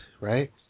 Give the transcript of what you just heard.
right